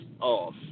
off